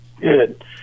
Good